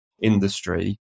industry